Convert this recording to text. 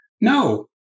No